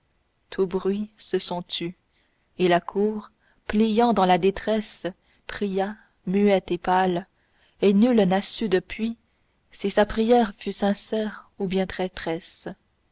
tous bruits se sont tus et la cour pliant dans la détresse pria muette et pâle et nul n'a su depuis si sa prière fut sincère ou bien